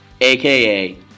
aka